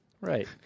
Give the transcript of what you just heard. Right